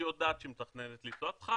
שמתכננת לנסוע,